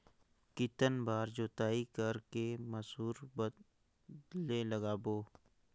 कितन बार जोताई कर के मसूर बदले लगाबो?